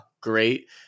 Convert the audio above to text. Great